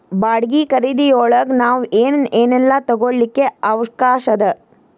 ಬಾಡ್ಗಿ ಖರಿದಿಯೊಳಗ್ ನಾವ್ ಏನ್ ಏನೇಲ್ಲಾ ತಗೊಳಿಕ್ಕೆ ಅವ್ಕಾಷದ?